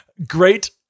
Great